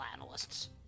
analysts